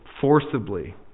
forcibly